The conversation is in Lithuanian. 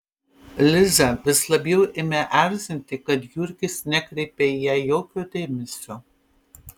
lizą vis labiau ėmė erzinti kad jurgis nekreipia į ją jokio dėmesio